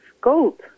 gold